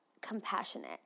compassionate